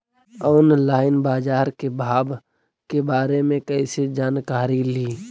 Online बाजार भाव के बारे मे कैसे जानकारी ली?